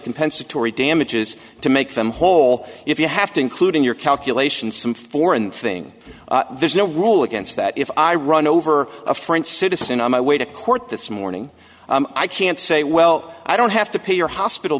compensatory damages to make them whole if you have to include in your calculation some foreign thing there's no rule against that if i run over a french citizen on my way to court this morning i can't say well i don't have to pay your hospital